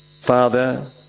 Father